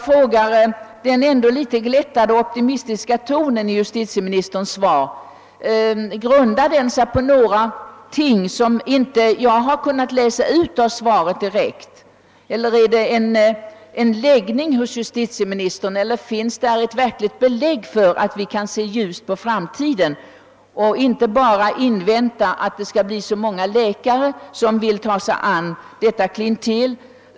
Grundar sig den litet glättade och optimistiska tonen i svaret på någonting som jag inte har kunnat läsa ut ur det eller sammanhänger den med justitieministerns läggning? Finns det belägg för att se ljust på framtiden? Eller måste vi bara vänta på att det skall finnas tillräckligt många läkare som kan ta sig an klientelet?